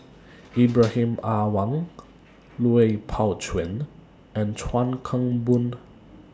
Ibrahim Awang Lui Pao Chuen and Chuan Keng Boon